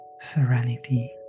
serenity